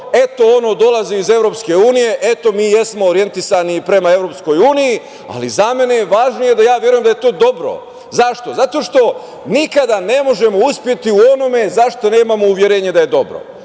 Eto, ono dolazi iz Evropske unije, eto, mi jesmo orijentisani prema Evropskoj uniji, ali za mene je važnije da ja verujem da je to dobro. Zašto? Zato što nikada ne možemo uspeti u onome za šta nemamo uverenje da je dobro.